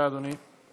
בבקשה, אדוני.